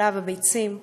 החלב והביצים,